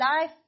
life